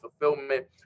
fulfillment